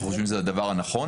אנחנו חושבים שזה הדבר הנכון.